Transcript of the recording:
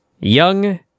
young